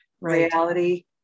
reality